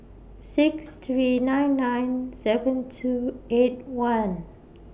six three nine nine seven two eight one